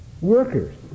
workers